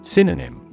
Synonym